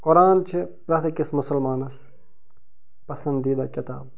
قرآن چھِ پرٛیٚتھ أکِس مُسلمانس پسندیٖدہ کِتاب